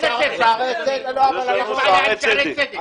יש בעיה עם שערי צדק.